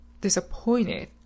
disappointed